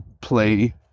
play